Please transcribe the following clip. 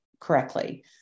correctly